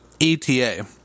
ETA